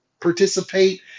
participate